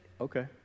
Okay